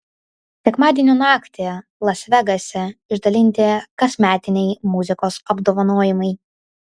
sekmadienio naktį las vegase išdalinti kasmetiniai muzikos apdovanojimai